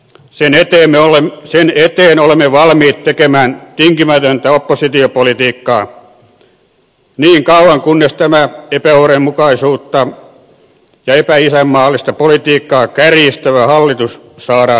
sen eteen olemme valmiit tekemään tinkimätöntä oppositiopolitiikkaa niin kauan kunnes tämä epäoikeudenmukaisuutta ja epäisänmaallista politiikkaa kärjistävä hallitus saadaan eroamaan